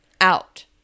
out